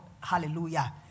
Hallelujah